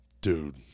dude